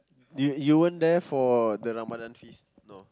you you weren't there for the Ramadan feast no